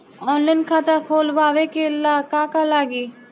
Online खाता खोलबाबे ला का का लागि?